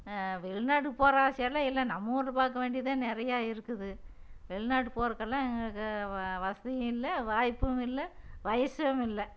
வெளி நாடு போகிற ஆசையெல்லாம் இல்லை நம்மூர் பார்க்க வேண்டியதே நிறையா இருக்குது வெளிநாடு போறதுக்கெல்லாம் எங்களுக்கு வ வசதியும் இல்லை வாய்ப்பும் இல்லை வயதும் இல்லை